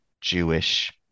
Jewish